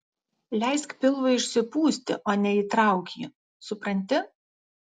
leisk pilvui išsipūsti o ne įtrauk jį supranti